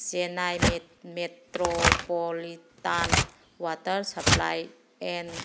Chennai metropolitan water supply and